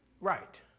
right